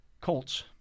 Colts